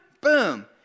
Boom